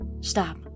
Stop